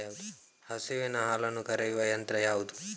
ಹಸುವಿನ ಹಾಲನ್ನು ಕರೆಯುವ ಯಂತ್ರ ಯಾವುದು?